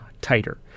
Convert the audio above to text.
tighter